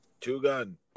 Two-Gun